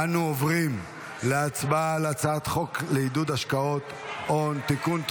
אנו עוברים להצבעה על הצעת חוק לעידוד השקעות הון (תיקון,